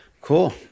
cool